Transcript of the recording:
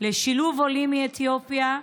לשילוב עולים מאתיופיה,